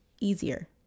easier